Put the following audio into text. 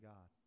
God